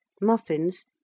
muffins